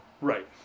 Right